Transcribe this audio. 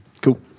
Cool